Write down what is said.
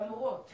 והמורות.